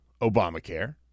Obamacare